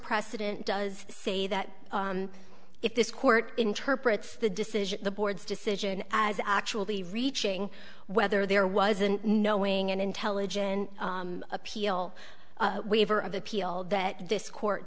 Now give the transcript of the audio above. precedent does say that if this court interprets the decision the board's decision as actually reaching whether there was an knowing and intelligent appeal waiver of appeal that this